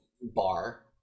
bar